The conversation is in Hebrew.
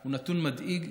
הוא נתון מדאיג,